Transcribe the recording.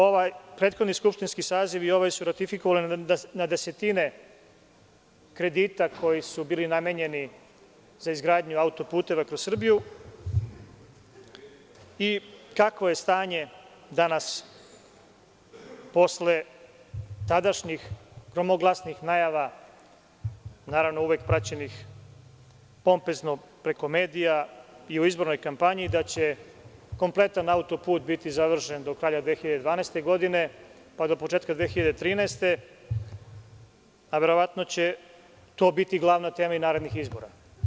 Ovaj prethodni skupštinski saziv i ovaj su ratifikovali na desetine kredita koji su bili namenjeni za izgradnju autoputeva kroz Srbiju i kakvo je stanje danas posle tadašnjih gromoglasnih najava, naravno uvek praćenih pompezno preko medija i u izbornoj kampanji da će kompletan autoput biti završen do kraja 2012. godine, pa do početka 2013. godine, a verovatno će to biti glavna tema i narednih izbora.